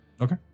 Okay